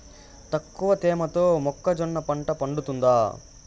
తక్కువ తేమతో మొక్కజొన్న పంట పండుతుందా?